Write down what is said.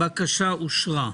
הבקשה אושרה.